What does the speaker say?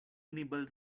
nibbles